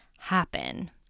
Happen